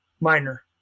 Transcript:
Minor